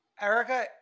Erica